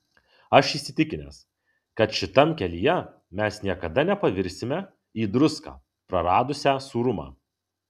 aš įsitikinęs kad šitam kelyje mes niekada nepavirsime į druską praradusią sūrumą